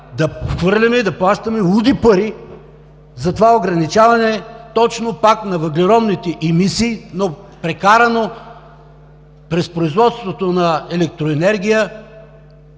да хвърляме и да плащаме луди пари за това ограничаване точно пак на въглеродните емисии, но прекарано през производството на електроенергия,